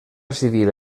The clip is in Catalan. civil